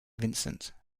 vincent